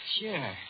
Sure